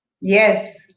yes